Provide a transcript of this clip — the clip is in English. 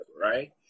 right